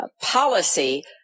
policy